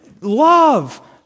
love